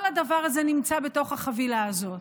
כל הדבר הזה נמצא בתוך החבילה הזאת,